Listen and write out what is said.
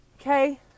Okay